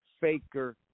Faker